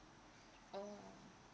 oh